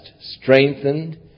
strengthened